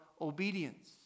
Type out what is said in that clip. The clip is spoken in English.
obedience